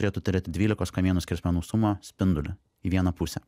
turėtų turėti dvylikos kamienų skersmenų sumą spinduliu į vieną pusę